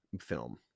film